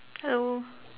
hello